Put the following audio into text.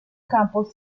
campos